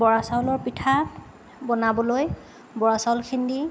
বৰা চাউলৰ পিঠা বনাবলৈ বৰা চাউলখিনি